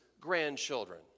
grandchildren